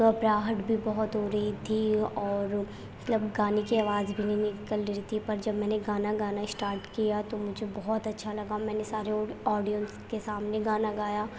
گھبراہٹ بھی بہت ہو رہی تھی اور مطلب گانے کی آواز بھی نہیں نکل رہی تھی پر جب میں نے گانا گانا اسٹارٹ کیا تو مجھے بہت اچھا لگا میں نے سارے آڈیئنس کے سامنے گانا گایا